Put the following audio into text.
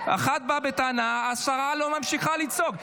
אחד בא בטענה, השרה ממשיכה לצעוק.